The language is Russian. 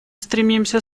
стремимся